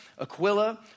Aquila